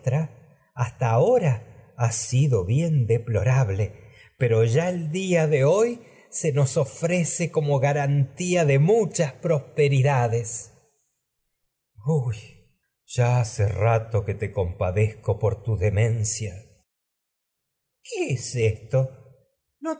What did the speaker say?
hasta bien aho ra ha deplorable pero ya el día de hoy se nos ofrece como garantía de muchas prospexddades electra huy ya hace rato que te compadezco por tu demencia crisótemis qué es esto no te